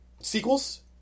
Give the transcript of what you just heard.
sequels